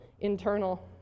internal